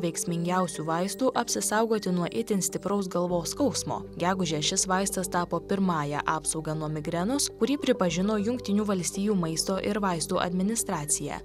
veiksmingiausių vaistų apsisaugoti nuo itin stipraus galvos skausmo gegužę šis vaistas tapo pirmąja apsauga nuo migrenos kurį pripažino jungtinių valstijų maisto ir vaistų administracija